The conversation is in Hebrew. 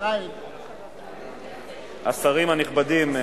השרים הנכבדים,